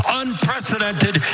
unprecedented